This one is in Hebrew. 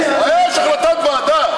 אבל יש החלטת ועדה.